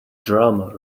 drama